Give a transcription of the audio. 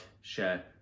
share